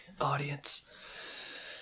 audience